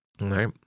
right